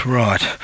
right